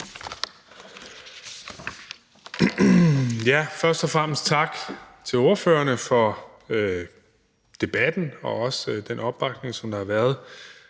det. Først og fremmest tak til ordførerne for debatten og også for den opbakning, der har været.